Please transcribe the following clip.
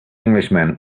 englishman